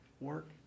work